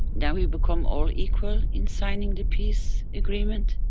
that we become all equal in signing the peace agreement?